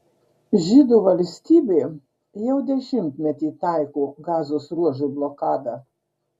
žydų valstybė jau dešimtmetį taiko gazos ruožui blokadą